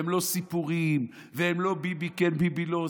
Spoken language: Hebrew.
הן לא סיפורים והן לא ביבי כן וביבי לא.